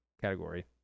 Category